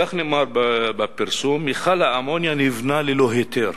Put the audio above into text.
כך נאמר בפרסום: "מכל האמוניה נבנה ללא היתר